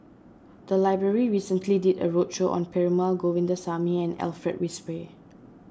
the library recently did a roadshow on Perumal Govindaswamy and Alfred Frisby